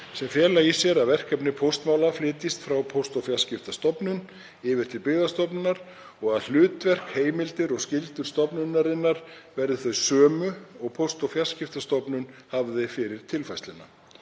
sem fela í sér að verkefni póstmála flytjist frá Póst- og fjarskiptastofnun yfir til Byggðastofnunar og að hlutverk, heimildir og skyldur stofnunarinnar verði þau sömu og Póst- og fjarskiptastofnun hafði fyrir tilfærsluna.